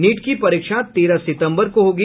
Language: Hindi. नीट की परीक्षा तेरह सितंबर को होगी